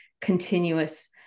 continuous